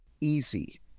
easy